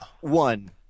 one